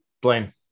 Blaine